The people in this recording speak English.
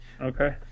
Okay